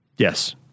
Yes